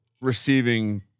receiving